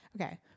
Okay